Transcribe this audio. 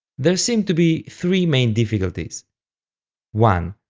there seem to be three main difficulties one.